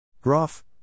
Groff